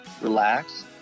relax